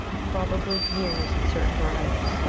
probably years in certain varieties,